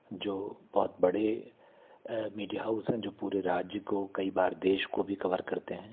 जो बहुत बड़े मीडिया हाउस हैं जो पूरे राज्य को कई बार देश को भी कवर करते हैं